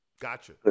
gotcha